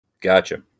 Gotcha